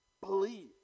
Believe